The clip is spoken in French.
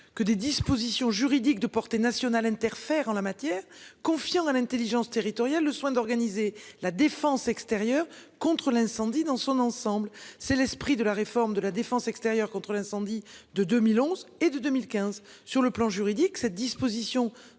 que des dispositions juridiques de portée nationale interfèrent en la matière. Nous avons confiance en l'intelligence territoriale pour organiser la défense extérieure contre l'incendie dans son ensemble. C'est l'esprit des réformes de la défense extérieure contre l'incendie de 2011 et de 2015. En résumé, sur le plan juridique, cette disposition,